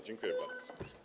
Dziękuję bardzo.